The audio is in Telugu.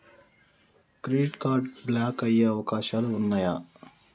క్రెడిట్ కార్డ్ బ్లాక్ అయ్యే అవకాశాలు ఉన్నయా?